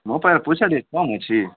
ମୋ ପାଖରେ ପଇସା ଟିକେ କମ୍ ଅଛି